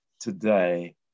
today